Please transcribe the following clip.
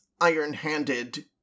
iron-handed